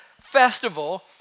festival